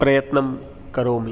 प्रयत्नं करोमि